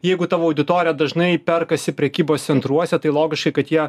jeigu tavo auditorija dažnai perkasi prekybos centruose tai logiška kad jie